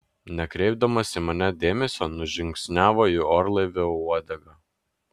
nekreipdamas į mane dėmesio nužingsniavo į orlaivio uodegą